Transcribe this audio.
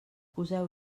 poseu